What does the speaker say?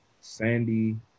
Sandy